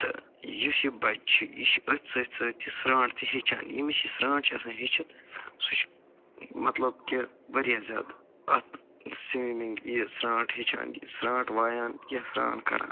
تہٕ یُس یہِ بچہِ چھُ یہِ چھُ أتھۍ سۭتۍ سۭتۍ یہِ سرٛانٛٹھ تہِ ہیٚچھان ییٚمِس یہِ سرٛانٛٹھ چھِ آسان ہیٚچھِتھ سُہ چھِ مطلب کہِ واریاہ زیادٕ اَتھ سِومِنٛگ یہِ سرٛانٛٹھ ہیٚچھان یہِ سرٛانٛٹھ وایان یا سرٛان کَران